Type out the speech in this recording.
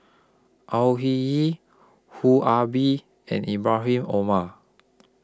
Au Hing Yee Foo Ah Bee and Ibrahim Omar